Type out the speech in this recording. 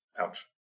ouch